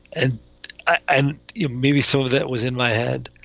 and ah and yeah maybe some of that was in my head,